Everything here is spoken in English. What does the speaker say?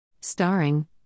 Starring